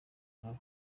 nabo